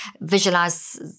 visualize